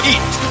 Eat